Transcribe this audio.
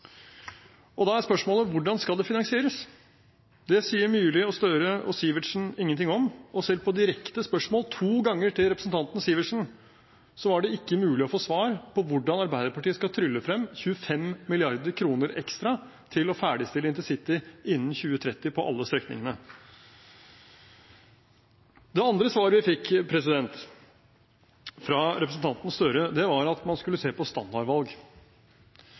gikk. Da er spørsmålet: Hvordan skal det finansieres? Det sier representanten Myrli, representanten Gahr Støre og representanten Sivertsen ingenting om, og selv på direkte spørsmål to ganger til representanten Sivertsen var det ikke mulig å få svar på hvordan Arbeiderpartiet skal trylle frem 25 mrd. kr ekstra til å ferdigstille intercity innen 2030 på alle strekningene. Det andre svaret vi fikk fra representanten Gahr Støre, var at man skulle se på standardvalg.